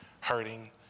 hurting